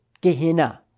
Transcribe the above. Gehenna